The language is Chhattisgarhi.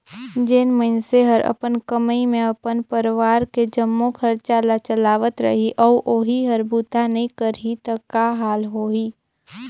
जेन मइनसे हर अपन कमई मे अपन परवार के जम्मो खरचा ल चलावत रही अउ ओही हर बूता नइ करही त का हाल होही